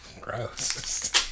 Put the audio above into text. Gross